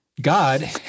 God